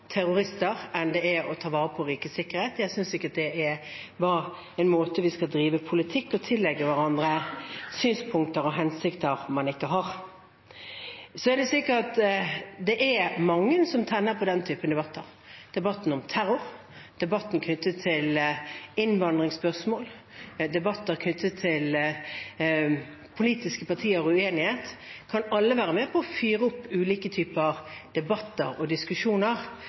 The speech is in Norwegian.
terrorister enn å ta vare på rikets sikkerhet. Jeg synes ikke det er en måte vi skal drive politikk på, å tillegge hverandre synspunkter og hensikter man ikke har. Det er mange som tenner på den typen debatter. Debatter om terror, debatter knyttet til innvandringsspørsmål, debatter knyttet til politiske partier og uenighet kan alle være med på å fyre opp under ulike typer debatter og diskusjoner.